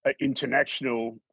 international